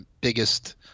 biggest